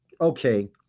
okay